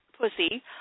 pussy